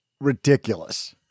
ridiculous